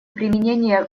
применения